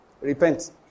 Repent